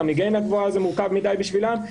גם היגיינה גבוהה זה מורכב מדי בשבילם.